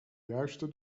juiste